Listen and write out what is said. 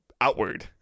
outward